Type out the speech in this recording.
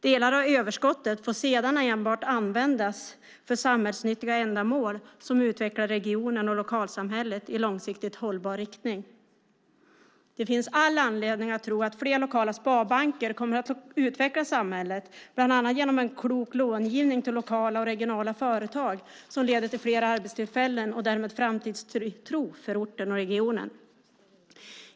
Delar av överskottet får sedan enbart användas för samhällsnyttiga ändamål som utvecklar regionen och lokalsamhället i långsiktigt hållbar riktning. Det finns all anledning att tro att fler lokala sparbanker kommer att utveckla samhället bland annat genom en klok långivning till lokala och regionala företag. Detta leder till fler arbetstillfällen och därmed framtidstro för orten och regionen.